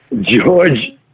George